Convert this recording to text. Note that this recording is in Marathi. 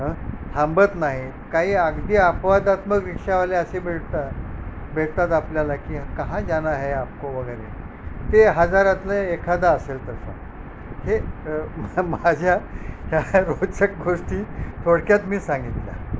अं थांबत नाहीत काही अगदी अपवादात्मक रिक्षावाले असे भेटतात भेटतात आपल्याला की कहां जाना है आपको वगैरे ते हजारातून एखादा असेल तसा हे माझ्या ह्या रोचक गोष्टी थोडक्यात मी सांगितल्या